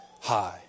high